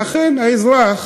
ואכן, האזרח